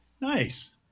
Nice